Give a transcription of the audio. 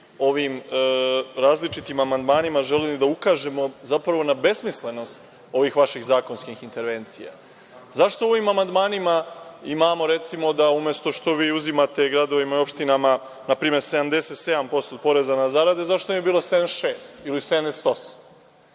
ovim različitim amandmanima želeli da ukažemo zapravo na besmislenost ovih vaših zakonskih intervencija. Zašto u ovom amandmanima imamo, recimo, da umesto što vi uzimate gradovima i opštinama npr. 77% od poreza na zarade, zašto ne bi bilo 76% ili 78%?